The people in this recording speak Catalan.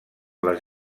les